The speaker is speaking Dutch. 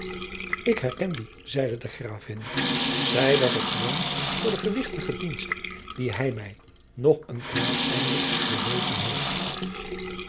ik herken die zeide de gravin zij was het loon voor de gewichtige dienst die hij mij nog een knaap zijnde bewezen heeft